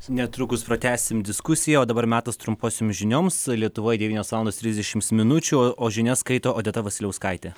netrukus pratęsim diskusiją o dabar metas trumposioms žinioms lietuvoj devynios valandos trisdešims minučių o žinias skaito odeta vasiliauskaitė